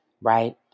right